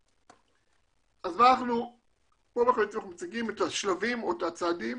פה אנחנו מציגים את השלבים או את הצעדים